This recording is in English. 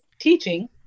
teaching